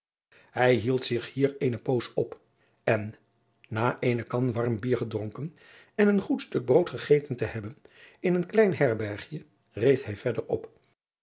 ij hield zich hier eene poos op en na eene kan warm bier gedronken en een goed stuk brood gegeten te hebben in een klein herbergje reed hij verder op